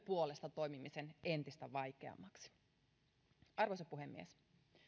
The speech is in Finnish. puolesta toimimisen entistä vaikeammaksi arvoisa puhemies